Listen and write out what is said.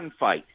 gunfight